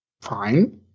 Fine